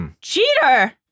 Cheater